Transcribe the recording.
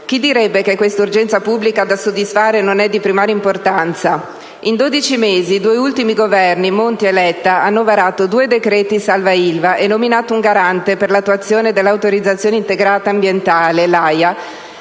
Chi direbbe che questa urgenza pubblica da soddisfare non è di primaria importanza? In dodici mesi, i due ultimi Governi (Monti e Letta) hanno varato due decreti salva Ilva e nominato un Garante per l'attuazione dell'autorizzazione integrata ambientale (AIA),